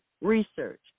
research